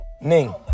Ning